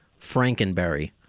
Frankenberry